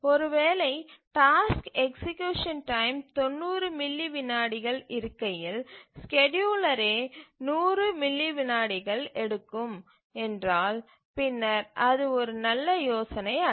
ஒருவேளை task execution time 90 milli விநாடிகள் இருக்கையில் ஸ்கேட்யூலரே 100 மில்லிவிநாடிகள் எடுக்கும் என்றாள் பின்னர் அது ஒரு நல்ல யோசனை அல்ல